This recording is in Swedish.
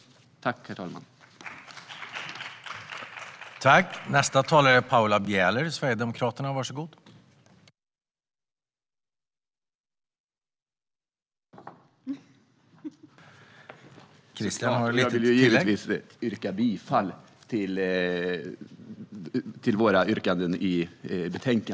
Jag vill givetvis också yrka bifall till våra reservationer 4 och 12.